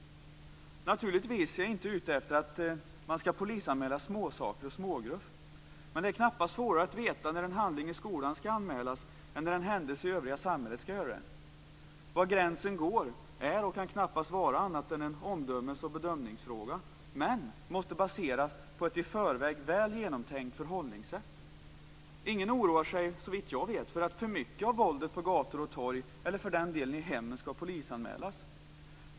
Naturligtvis är jag inte ute efter att man skall polisanmäla småsaker och smågruff, men det är knappast svårare att veta när en handling i skolan skall anmälas än när en händelse i samhället i övrigt skall bli anmäld. Var gränsen går är och kan knappast vara annat än en omdömes och bedömningsfråga, men agerandet måste baseras på ett i förväg väl genomtänkt förhållningssätt. Ingen oroar sig såvitt jag vet för att för mycket av våldet på gator och torg eller för den delen i hemmen skall polisanmälas.